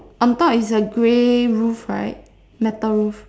on top is a grey roof right metal roof